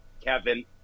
Kevin